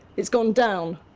it's gone down,